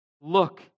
look